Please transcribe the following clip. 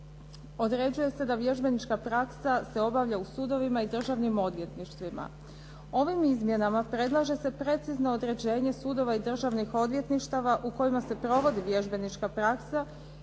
određuje se da vježbenička praksa se obavlja u sudovima i državnim odvjetništvima. Ovim izmjenama predlaže se precizno određenje sudova i državnih odvjetništava u kojima se provodi vježbenička praksa